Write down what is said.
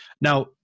Now